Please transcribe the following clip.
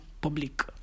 public